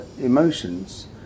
emotions